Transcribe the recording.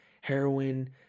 heroin